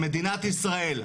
שמדינת ישראל,